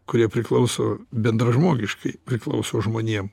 kurie priklauso bendražmogiškai priklauso žmonėm